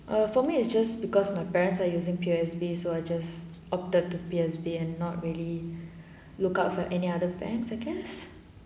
err for me is just because my parents are using P_O_S_B so I just opted to P_O_S_B and not really look out for any other brand I guess